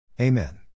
Amen